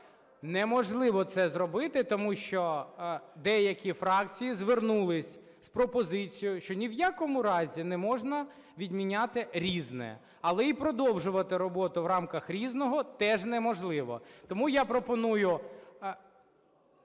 Неможливо це зробити, тому що деякі фракції звернулися з пропозицією, що ні в якому разі не можна відміняти "Різне". Але і продовжувати роботу в рамках "Різного" теж неможливо. Тому я пропоную...